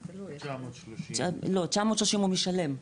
930. לא, 930 הוא משלם.